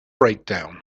breakdown